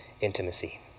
intimacy